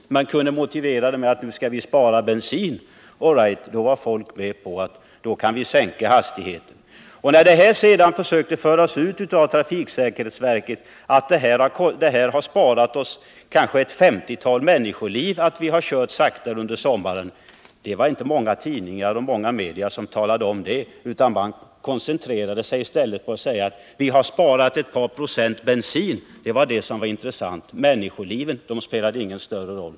Regeringen kunde motivera åtgärden med att det var nödvändigt att spara bensin, och då var folk med på att man skulle sänka hastigheten. Men när sedan trafiksäkerhetsverket försökte föra ut att hastighetssänkningen under sommaren hade medfört att vi sparat kanske ett femtiotal människoliv, då talades det inte mycket om detta i tidningarna, utan man koncentrerade informationen kring att vi hade sparat ett par procent bensin. Det var det som var intressant; människoliv spelade ingen större roll.